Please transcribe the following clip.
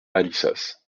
alissas